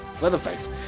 Leatherface